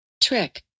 trick